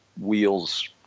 wheels